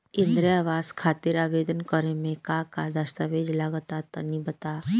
इंद्रा आवास खातिर आवेदन करेम का का दास्तावेज लगा तऽ तनि बता?